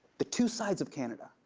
the two sides of canada.